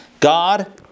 God